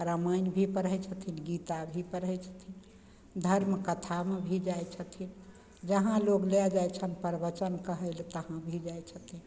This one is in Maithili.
रामायण भी पढ़य छथिन गीता भी पढ़य छथिन धर्म कथामे भी जाइ छथिन जहाँ लोक लए जाइ छनि प्रवचन कहय लए तहाँ भी जाइ छथिन